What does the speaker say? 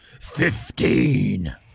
Fifteen